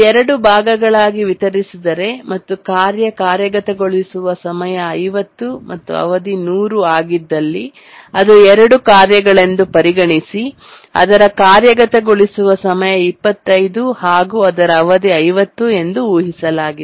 ಇದು 2 ಭಾಗಗಳಾಗಿ ವಿತರಿಸಿದರೆ ಮತ್ತು ಕಾರ್ಯ ಕಾರ್ಯಗತಗೊಳಿಸುವ ಸಮಯ 50 ಮತ್ತು ಅವಧಿ 100 ಆಗಿದ್ದಲ್ಲಿ ಅದು 2 ಕಾರ್ಯಗಳೆಂದು ಪರಿಗಣಿಸಿ ಅದರ ಕಾರ್ಯಗತಗೊಳಿಸುವ ಸಮಯ 25 ಹಾಗೂ ಅದರ ಅವಧಿ 50 ಎಂದು ಊಹಿಸಲಾಗಿದೆ